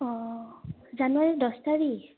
অঁ জানুৱাৰী দছ তাৰিখ